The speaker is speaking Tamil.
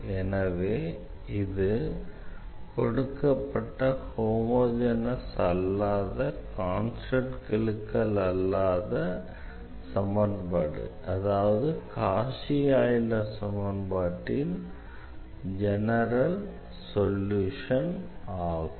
எனவே இது கொடுக்கப்பட்ட ஹோமோஜெனஸ் அல்லாத கான்ஸ்டண்ட் கெழுக்கள் அல்லாத சமன்பாடு அதாவது காஷி ஆய்லர் சமன்பாட்டின் ஜெனரல் சொல்யூஷன் ஆகும்